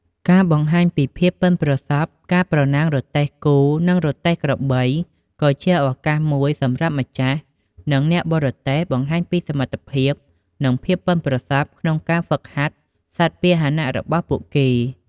ការបង្ហាញពីភាពប៉ិនប្រសប់ ការប្រណាំងរទេះគោ និងរទេះក្របីក៏ជាឱកាសមួយសម្រាប់ម្ចាស់ និងអ្នកបររទេះបង្ហាញពីសមត្ថភាព និងភាពប៉ិនប្រសប់ក្នុងការហ្វឹកហាត់សត្វពាហនៈរបស់ពួកគេ។